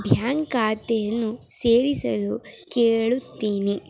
bank ಖಾತೆಯನ್ನು ಸೇರಿಸಲು ಕೇಳುತ್ತೀನಿ